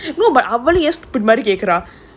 no but அவளும் ஏன்:avalum yaen stupid மாரி கேக்குறா:maari kekkuraa